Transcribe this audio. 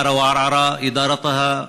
עארה-ערערה,